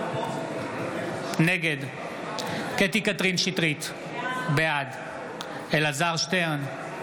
נגד קטי קטרין שטרית, בעד אלעזר שטרן,